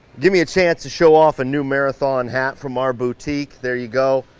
give me a chance to show off a new marathon hat from our boutique, there you go.